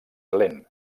lent